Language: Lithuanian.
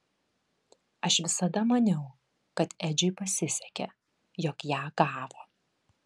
aš visada maniau kad edžiui pasisekė jog ją gavo